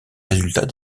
résultats